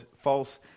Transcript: false